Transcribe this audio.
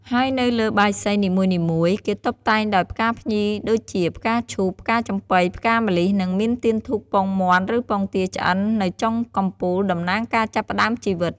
ហើយនៅលើបាយសីនីមួយៗ គេតុបតែងដោយ ផ្កាភ្ញីដូចជា ផ្កាឈូក ផ្កាចំប៉ី ផ្កាម្លិះ និងមាន ទៀន ធូប ពងមាន់ ឬពងទាឆ្អិន នៅចុងកំពូល តំណាងការចាប់ផ្តើមជីវិត។